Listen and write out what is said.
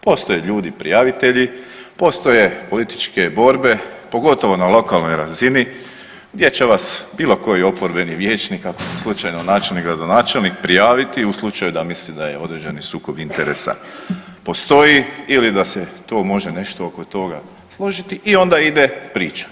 Postoje ljudi prijavitelji, postoje političke borbe pogotovo na lokalnoj razini, gdje će vas bilo koji oporbeni vijećnik ako ste slučajno načelnik, gradonačelnik prijaviti u slučaju da misli da određeni sukob interesa postoji ili da se tu može nešto oko toga složiti, i onda ide priča.